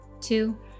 two